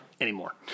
anymore